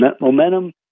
momentum